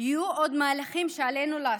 יהיו עוד מהלכים שעלינו לעשות,